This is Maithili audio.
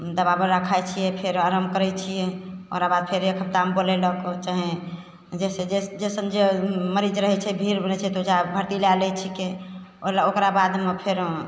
दवा बिरा खाइ छिए फेर आराम करै छिए ओकरा बाद फेर एक हफ्तामे बोलेलक चाहे जइसे जइसन जे मरीज रहै छै भीड़ रहै छै तऽ ओहिजाँ भरती लऽ लै छिकै ओकरा बादमे फेर